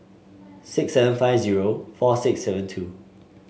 six seven five zero four six seven two